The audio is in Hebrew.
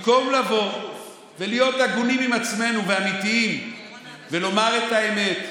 במקום לבוא ולהיות הגונים עם עצמנו ואמיתיים ולומר את האמת: